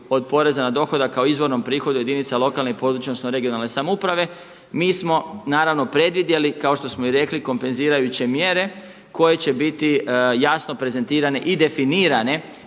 od poreza na dohodak kao izvornom prihodu jedinica lokalne (regionalne) i područne samouprave mi smo predvidjeli kao što smo i rekli kompenzirajuće mjere koje će biti jasno prezentirane i definirane